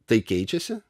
tai keičiasi